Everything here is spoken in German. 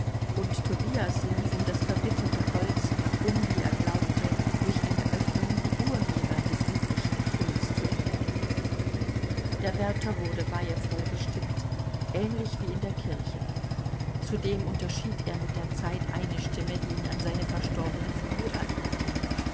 und tobias lief rings um das verwitterte holz um wie er glaubte durch eine öffnung die urheber des lieblichen getöns zu entdecken der wärter wurde weihevoll gestimmt ähnlich wie in der kirche zudem unterschied er mit der zeit eine stimme die ihn an seine verstorbene frau erinnerte